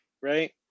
Right